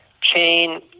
chain